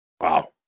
Wow